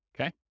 Okay